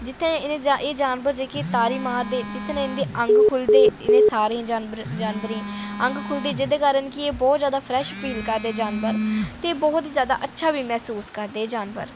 जित्थै एह् जानवर जेह्के तारी मारदे जित्थै इं'दे अंग खुह्लदे सारे जानवरें दे जेह्दे कारण एह् बहुत जैदा फ्रैश फील करदे ते बहुत जैदा अच्छा बी मैसूस करदे एह् जानवर